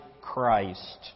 Christ